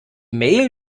mail